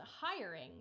hiring